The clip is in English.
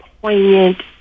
poignant